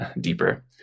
deeper